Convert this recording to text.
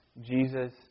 Jesus